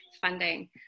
funding